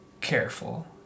careful